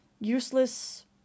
useless